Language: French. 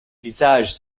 visages